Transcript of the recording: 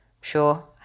Sure